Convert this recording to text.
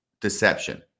deception